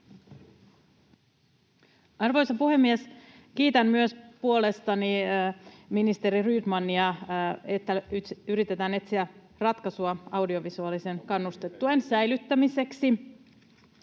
Arvoisa puhemies! Kiitän myös puolestani ministeri Rydmania siitä, että yritetään etsiä ratkaisua audiovisuaalisen kannustetuen säilyttämiseksi.